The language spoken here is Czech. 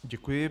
Děkuji.